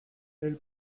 elle